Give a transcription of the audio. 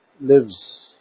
lives